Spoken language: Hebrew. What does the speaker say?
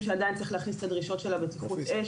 שעדיין צריך להכניס את הדרישות של בטיחות אש,